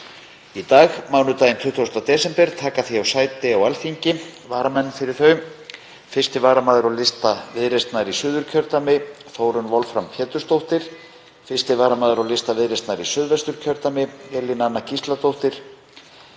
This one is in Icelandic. Í dag, mánudaginn 20. desember, taka því sæti á Alþingi sem varamenn fyrir þau 1. varamaður á lista Viðreisnar í Suðurkjördæmi, Þórunn Wolfram Pétursdóttir, 1. varamaður á lista Viðreisnar í Suðvesturkjördæmi, Elín Anna Gísladóttir,